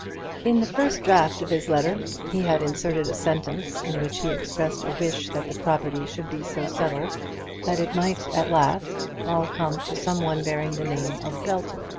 in the first draught of his letter he had inserted a sentence in which he expressed a wish that the property should be so settled that it might at last all come to some one bearing the name of belton.